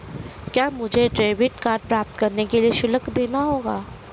क्या मुझे debit card प्राप्त करने के लिए शुल्क देना होगा?